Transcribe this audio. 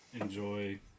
enjoy